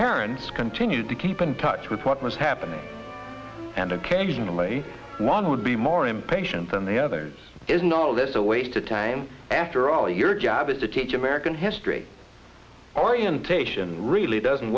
parents continued to keep in touch with what was happening and occasionally one would be more impatient than the other is no this is a waste of time after all your job is to teach american history orientation really doesn't